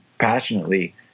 passionately